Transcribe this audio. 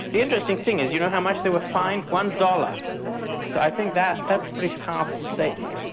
the interesting thing is, you know how much they were fined? one dollars. so i think that's that's a pretty powerful statement.